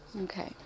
Okay